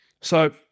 So-